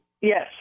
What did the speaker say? Yes